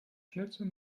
schnitzel